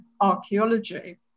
archaeology